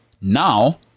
Now